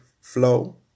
flow